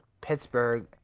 Pittsburgh